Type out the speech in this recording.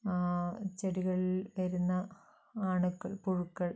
ആ ചെടികളിൽ വരുന്ന അണുക്കൾ പുഴുക്കൾ